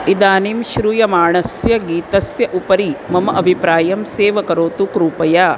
इदानीं श्रूयमाणस्य गीतस्य उपरि मम अभिप्रायं सेव करोतु कृपया